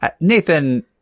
Nathan